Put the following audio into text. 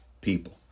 people